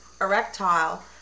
erectile